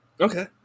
Okay